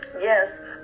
Yes